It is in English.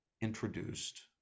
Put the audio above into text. introduced